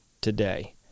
today